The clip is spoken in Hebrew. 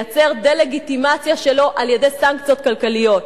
לייצר דה-לגיטימציה שלו על-ידי סנקציות כלכליות.